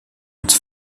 its